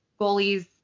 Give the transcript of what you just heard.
Goalies